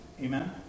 Amen